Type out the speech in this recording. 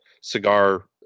cigar